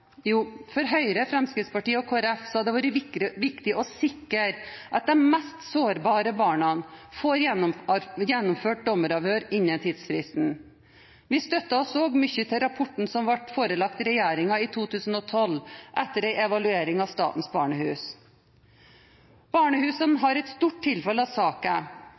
Jo, for Høyre, Fremskrittspartiet og Kristelig Folkeparti har det vært viktig å sikre at det for de mest sårbare barna blir gjennomført dommeravhør innen tidsfristen. Vi støtter oss også mye på rapporten som ble forelagt regjeringen i 2012 etter evalueringen av Statens barnehus. Barnehusene har et stort tilfang av saker.